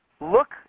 look